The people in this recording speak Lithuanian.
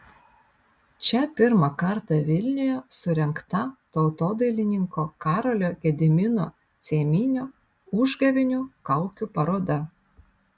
čia pirmą kartą vilniuje surengta tautodailininko karolio gedimino cieminio užgavėnių kaukių paroda